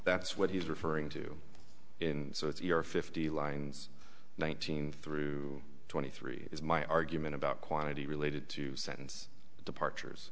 that's what he was referring to in so if you're fifty lines nineteen through twenty three is my argument about quantity related to sentence departures